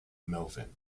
melvin